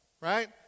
right